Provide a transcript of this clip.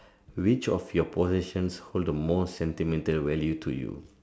which of your possessions hold the most sentimental value to you